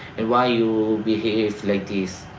and why you behave like this?